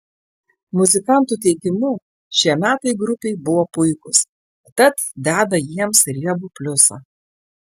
muzikantų teigimu šie metai grupei buvo puikūs tad deda jiems riebų pliusą